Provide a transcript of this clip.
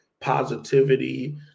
positivity